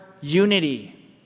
unity